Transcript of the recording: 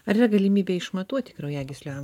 ar yra galimybė išmatuoti kraujagyslių amžių